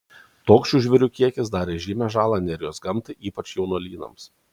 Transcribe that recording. toks šių žvėrių kiekis darė žymią žalą nerijos gamtai ypač jaunuolynams